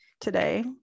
today